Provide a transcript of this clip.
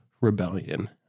rebellion